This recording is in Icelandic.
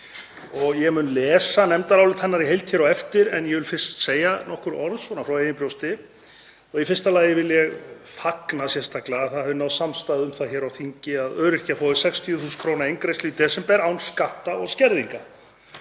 og ég mun lesa nefndarálit hennar í heild hér á eftir. En ég vil fyrst segja nokkur orð frá eigin brjósti. Í fyrsta lagi vil ég fagna því sérstaklega að það hafi náðst samstaða um það hér á þingi að öryrkjar fái 60.000 kr. eingreiðslu í desember án skatta og skerðinga.